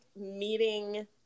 meeting